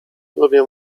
lubię